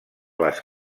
les